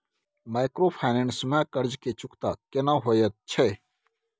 Microfinance में कर्ज के चुकता केना होयत छै?